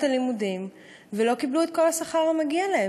הלימודים ולא קיבלו את כל השכר המגיע להם.